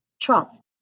Trust